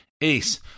Ace